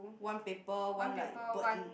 one paper one like bird